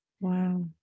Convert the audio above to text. Wow